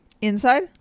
inside